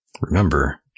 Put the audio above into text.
remember